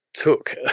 took